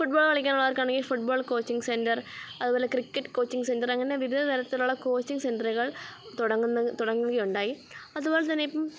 ഫുട് ball കളിക്കാനുള്ളവർക്കാണെങ്കില് football coaching centre അതുപോലെ cricket coaching centre അങ്ങനെ വിവിധ തരത്തിലുള്ള കോച്ചിങ് സെൻ്ററുകൾ തുടങ്ങുന്നത് തുടങ്ങുകയുണ്ടായി അതുപോലെതന്നെയിപ്പോള്